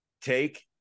take